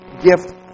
gift